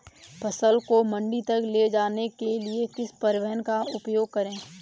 फसल को मंडी तक ले जाने के लिए किस परिवहन का उपयोग करें?